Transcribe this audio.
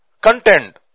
content